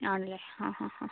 ആണല്ലേ ഹാ ഹാ ഹാ